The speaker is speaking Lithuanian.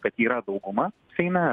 kad yra dauguma seime